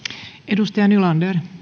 arvoisa